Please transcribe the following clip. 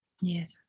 Yes